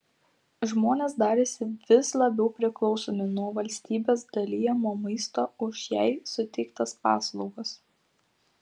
žmonės darėsi vis labiau priklausomi nuo valstybės dalijamo maisto už jai suteiktas paslaugas